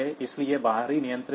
इसलिए यह बाहरी नियंत्रण है